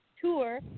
Tour